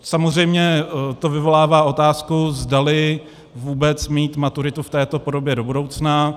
Samozřejmě to vyvolává otázku, zdali vůbec mít maturitu v této podobě do budoucna.